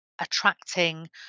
attracting